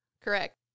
Correct